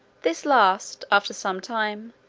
this last, after some time,